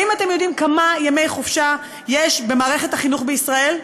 האם אתם יודעים כמה ימי חופשה יש במערכת החינוך בישראל?